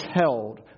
held